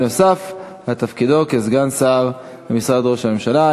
נוסף על תפקידו כסגן שר במשרד ראש הממשלה.